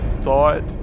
thought